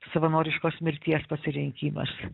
savanoriškos mirties pasirinkimas